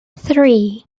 three